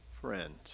friend